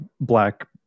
black